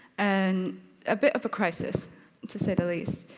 and a bit of a crisis to say the least.